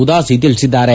ಉದಾಸಿ ತಿಳಿಸಿದ್ದಾರೆ